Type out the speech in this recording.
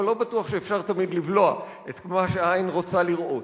אבל לא בטוח שאפשר תמיד לבלוע את מה שהעין רוצה לראות.